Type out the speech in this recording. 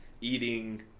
eating